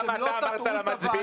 אתם לא תטעו את הוועדה.